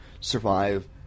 survive